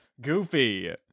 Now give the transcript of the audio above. Goofy